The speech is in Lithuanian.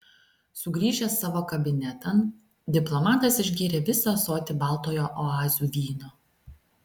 sugrįžęs savo kabinetan diplomatas išgėrė visą ąsotį baltojo oazių vyno